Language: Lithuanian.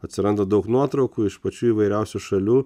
atsiranda daug nuotraukų iš pačių įvairiausių šalių